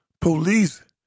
Police